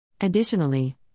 Additionally